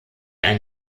ein